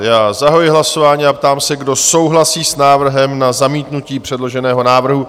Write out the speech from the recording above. Zahajuji hlasování a ptám se, kdo souhlasí s návrhem na zamítnutí předloženého návrhu?